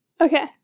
Okay